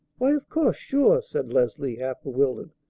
why, of course! sure! said leslie, half bewildered.